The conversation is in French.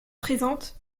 présentes